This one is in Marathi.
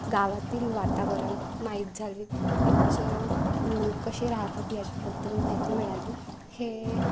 गावातील वातावरण माहीत झाली तिथचे लोक कसे राहतात याच्याबद्दल माहिती मिळाली हे